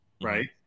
Right